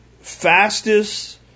fastest